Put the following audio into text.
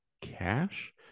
cash